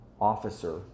officer